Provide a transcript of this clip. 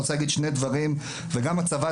אני רוצה להגיד שני דברים וגם הצבא,